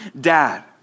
Dad